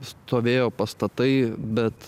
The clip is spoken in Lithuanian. stovėjo pastatai bet